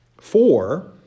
four